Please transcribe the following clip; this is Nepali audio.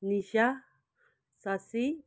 निशा शशी